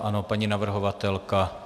Ano, paní navrhovatelka.